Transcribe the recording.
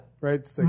Right